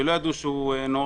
שלא ידעו שהוא נורא,